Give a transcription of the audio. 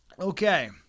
Okay